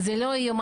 זה לא יאומן.